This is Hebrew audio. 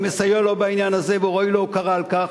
מסייע לו בעניין הזה והוא ראוי להוקרה על כך,